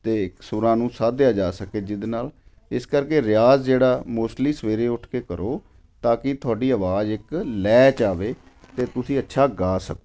ਅਤੇ ਸੁਰਾਂ ਨੂੰ ਸਾਧਿਆ ਜਾ ਸਕੇ ਜਿਹਦੇ ਨਾਲ ਇਸ ਕਰਕੇ ਰਿਆਜ਼ ਜਿਹੜਾ ਮੋਸਟਲੀ ਸਵੇਰੇ ਉੱਠ ਕੇ ਕਰੋ ਤਾਂ ਕਿ ਤੁਹਾਡੀ ਆਵਾਜ਼ ਇੱਕ ਲੈਅ 'ਚ ਆਵੇ ਅਤੇ ਤੁਸੀਂ ਅੱਛਾ ਗਾ ਸਕੋ